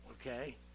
Okay